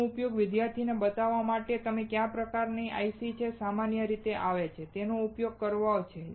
તેનો ઉપયોગ વિદ્યાર્થીઓને બતાવવા માટે કે તમે કયા પ્રકારનાં IC છે કે જે સામાન્ય રીતે આવે છે તેનો ઉપયોગ કરવાનો છે